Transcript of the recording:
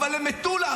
אבל למטולה,